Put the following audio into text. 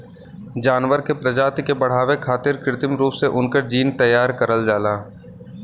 जानवर के प्रजाति के बढ़ावे खारित कृत्रिम रूप से उनकर जीन तैयार करल जाला